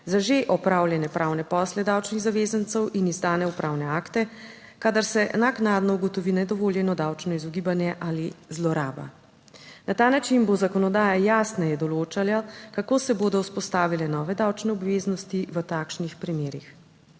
za že opravljene pravne posle davčnih zavezancev in izdane upravne akte, kadar se naknadno ugotovi nedovoljeno davčno izogibanje ali zloraba. Na ta način bo zakonodaja jasneje določala, kako se bodo vzpostavile nove davčne obveznosti v takšnih primerih.